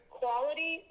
quality